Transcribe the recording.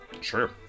Sure